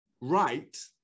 right